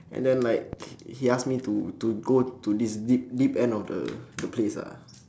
and then like h~ he ask me to to go to this deep deep end of the the place lah